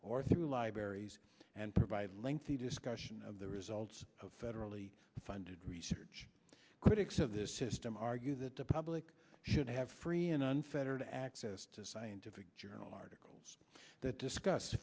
or through libraries and provide lengthy discussion of the results of federally funded research critics of this system argue that the public should have free and unfettered access to scientific journal articles that discuss